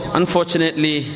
unfortunately